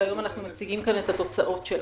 והיום אנחנו מציגים כאן את התוצאות שלה.